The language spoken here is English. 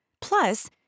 Plus